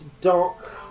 dark